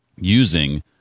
using